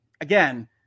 again